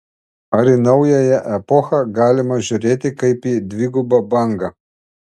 ar į naująją epochą galima žiūrėti kaip į dvigubą bangą